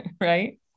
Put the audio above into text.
right